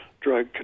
drug